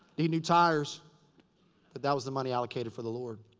need new tires. but that was the money allocated for the lord.